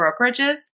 brokerages